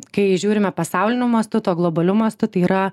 kai žiūrime pasauliniu mastu tuo globaliu mastu tai yra